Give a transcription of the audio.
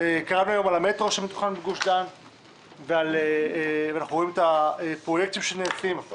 קראנו היום על המטרו שמתוכנן בגוש דן ואנחנו רואים את הפרויקטים שנעשים.